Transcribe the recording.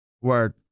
Word